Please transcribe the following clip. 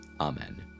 Amen